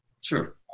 Sure